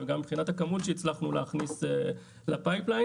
וגם מבחינת הכמות שהצלחנו להכניס לצנרת,